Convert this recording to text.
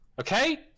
okay